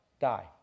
die